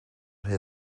rhy